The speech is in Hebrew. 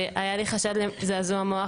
והיה לי חשד לזעזוע מוח.